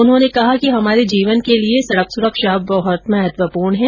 उन्होंने कहा कि हमारे जीवन के लिए सड़क सुरक्षा बहुत महत्वपूर्ण है